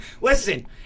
Listen